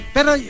Pero